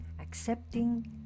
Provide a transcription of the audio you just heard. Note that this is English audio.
accepting